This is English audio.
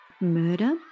murder